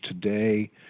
today